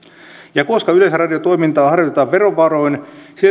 ja koska yleisradio toimintaa harjoitetaan verovaroin